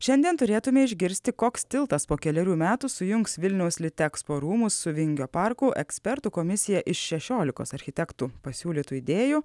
šiandien turėtumėme išgirsti koks tiltas po kelerių metų sujungs vilniaus litexpo rūmus su vingio parku ekspertų komisija iš šešiolikos architektų pasiūlytų idėjų